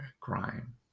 crime